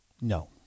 No